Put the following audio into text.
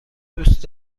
دوست